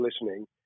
listening